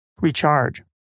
Recharge